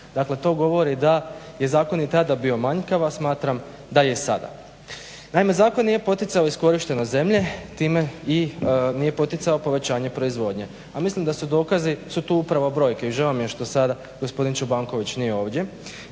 dakle to govori da je zakon i tada bio manjkav, a smatram da je i sada. Naime zakon nije poticao iskorištenost zemlje, time nije poticao povećanje proizvodnje, a mislim da su dokazi, su tu upravo brojke i žao mi je što sada gospodin Čobanković nije ovdje.